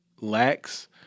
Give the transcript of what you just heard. lacks